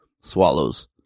Swallows